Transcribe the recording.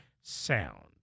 sound